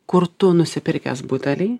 kur tu nusipirkęs butelį